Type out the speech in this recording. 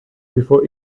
before